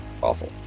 Awful